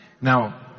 now